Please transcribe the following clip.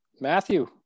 Matthew